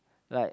like